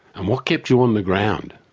and what kept you on the ground?